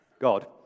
God